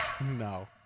No